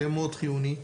זה מאוד חיוני.